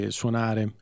suonare